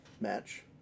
match